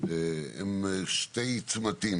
היא בשני צמתים.